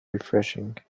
refreshing